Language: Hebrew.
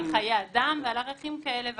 על חיי אדם ועל ערכים כאלה ואחרים.